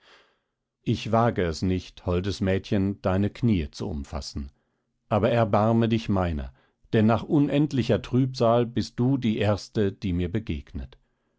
ich wage es nicht holdes mädchen deine kniee zu umfassen aber erbarme dich meiner denn nach unendlicher trübsal bist du die erste die mir begegnet